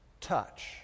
touch